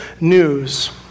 news